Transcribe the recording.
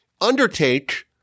Undertake